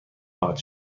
خواهد